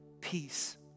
peace